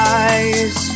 eyes